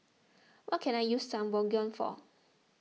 what can I use Sangobion for